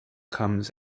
comes